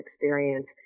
experience